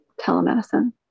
telemedicine